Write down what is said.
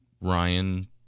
Ryan